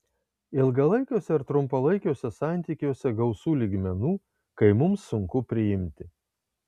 ilgalaikiuose ar trumpalaikiuose santykiuose gausu lygmenų kai mums sunku priimti